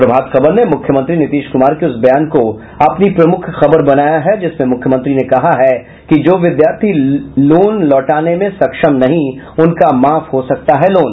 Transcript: प्रभात खबर ने मुख्यमंत्री नीतीश कुमार के उस बयान को अपनी प्रमुख खबर बनाया है जिसमें मुख्यमंत्री ने कहा है कि जो विद्यार्थी लोन लौटाने में सक्षम नहीं उनका माफ हो सकता है लोन